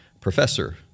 professor